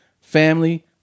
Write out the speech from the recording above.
family